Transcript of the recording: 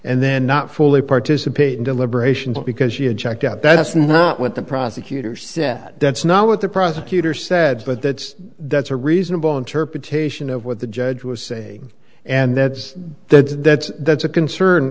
and then not fully participate in deliberations because she had checked out that's not what the prosecutor said that's not what the prosecutor said but that's that's a reasonable interpretation of what the judge was saying and that's that that's a concern